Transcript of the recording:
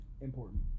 Important